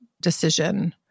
decision